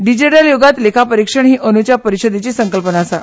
डिजीटल युगांत लेखा परिक्षण ही अंद्रंच्या परिशदेची संकल्पना आसा